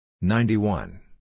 ninety-one